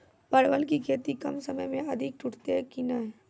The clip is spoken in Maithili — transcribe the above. परवल की खेती कम समय मे अधिक टूटते की ने?